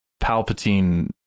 Palpatine